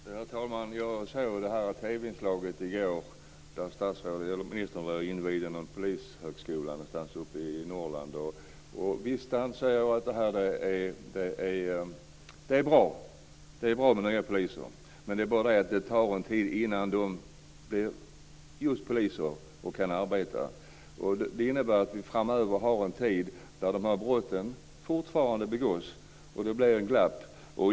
Herr talman! Jag såg TV-inslaget i går där ministern invigde en polishögskola någonstans uppe i Norrland. Visst anser jag att det är bra. Det är bra med nya poliser. Men det tar en tid innan de blir just poliser och kan arbeta. Det innebär att vi framför oss har en tid då dessa brott fortfarande begås och då det blir ett glapp.